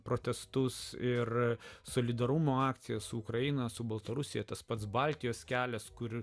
protestus ir solidarumo akciją su ukraina su baltarusija tas pats baltijos kelias kuriu